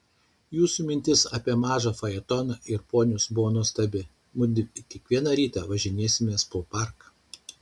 jūsų mintis apie mažą fajetoną ir ponius buvo nuostabi mudvi kiekvieną rytą važinėsimės po parką